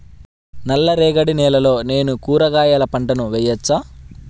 నల్ల రేగడి నేలలో నేను కూరగాయల పంటను వేయచ్చా?